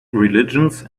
religions